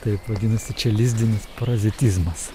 taip vadinasi čia lizdinis parazitizmas